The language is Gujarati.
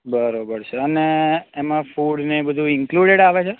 બરોબર છે અને એમાં ફૂડ ને બધું ઇન્ક્લુડેડ આવે છે